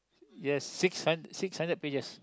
yes six hun~ six hundred pages